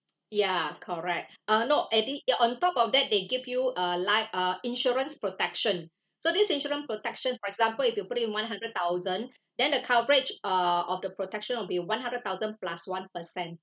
ya correct uh no addi~ it on top of that they give you uh like uh insurance protection so this insurance protection for example if you put in one hundred thousand then the coverage uh of the protection will be one hundred thousand plus one percent